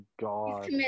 God